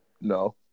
No